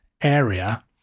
area